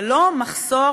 ולא מחסור,